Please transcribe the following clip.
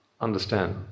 understand